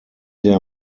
der